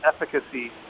efficacy